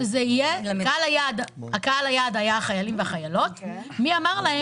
קהל היעד היה חיילים וחיילות מי אמר להם